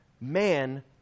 man